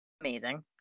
Amazing